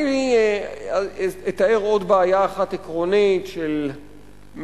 אני אתאר עוד בעיה אחת עקרונית של מינויים.